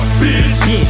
bitch